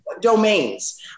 Domains